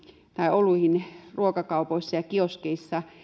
oluihin ruokakaupoissa ja kioskeissa